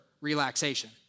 relaxation